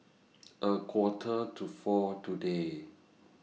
A Quarter to four today